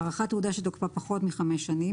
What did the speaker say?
109.הארכת תעודה שתוקפה פחות מחמש שנים